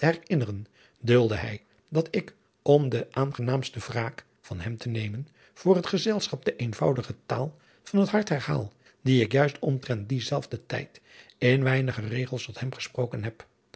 herinneren dulde hij dat ik om de aangenaamste wraak van hem te nemen voor het gezelschap de eenvoudige taal van het hart herhaal die ik juist omtrent dien zelfden tijd in weinige regels tot hem gesproken heb